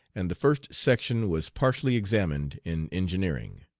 and the first section was partially examined in engineering.